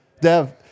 Dev